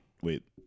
wait